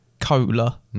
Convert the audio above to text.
cola